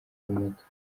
ubumuga